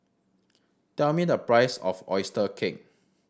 tell me the price of oyster cake